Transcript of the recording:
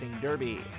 Derby